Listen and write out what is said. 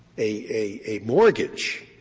a mortgage,